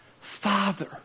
father